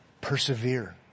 persevere